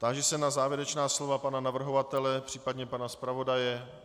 Táži se na závěrečná slova pana navrhovatele, případně pana zpravodaje.